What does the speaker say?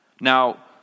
Now